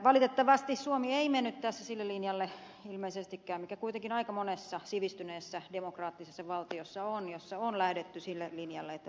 valitettavasti suomi ei mennyt tässä sille linjalle ilmeisestikään joka kuitenkin aika monessa sivistyneessä demokraattisessa valtiossa on kun on lähdetty sille linjalle että vaalikampanjakatot on asetettu